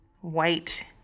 white